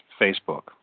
Facebook